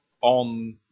on